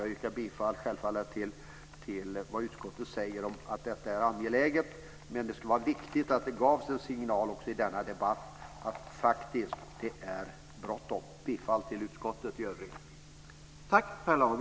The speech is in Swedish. Jag instämmer självfallet i utskottets uttalande att frågan är angelägen. Det skulle också vara viktigt att det gavs en signal i denna debatt om att det faktiskt är bråttom. Jag yrkar bifall till utskottets förslag.